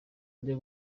ryo